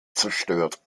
zerstört